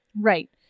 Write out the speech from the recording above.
Right